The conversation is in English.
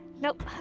Nope